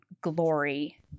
Glory